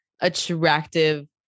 attractive